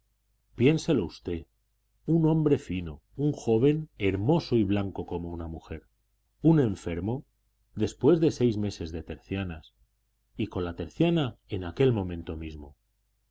piénselo usted un hombre fino un joven hermoso y blanco como una mujer un enfermo después de seis meses de tercianas y con la terciana en aquel momento mismo